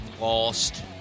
lost